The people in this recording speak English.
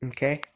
Okay